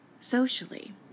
socially